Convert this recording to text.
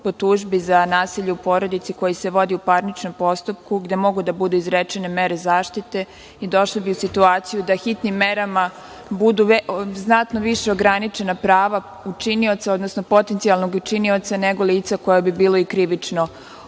po tužbi za nasilje u porodici koje se vodi u parničnom postupku, gde mogu da budu izrečene mere zaštite i došli bi u situaciju da hitnim merama budu znatno više ograničena prava učinioca, odnosno potencijalnog učinioca, nego lica koje bi bilo i krivično